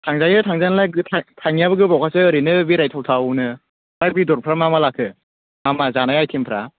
थांजायो थांजानायालाय गो थां थाङैयाबो गोबावखासै ओरैनो बेराय थाव थावनो ओमफ्राय बेदरफ्रा मामा लाखो मामा जानाय आइटेमफ्रा